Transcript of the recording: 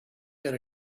yet